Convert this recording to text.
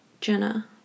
Jenna